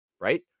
right